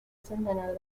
centenar